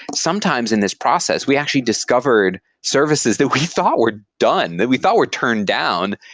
sometimes in this process, we actually discovered services that we thought were done, that we thought were turned down,